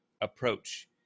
approach